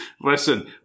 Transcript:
listen